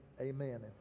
Amen